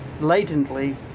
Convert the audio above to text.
latently